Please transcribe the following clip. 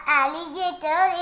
alligator